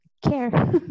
care